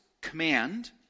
command